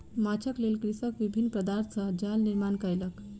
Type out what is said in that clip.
माँछक लेल कृषक विभिन्न पदार्थ सॅ जाल निर्माण कयलक